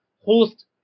Host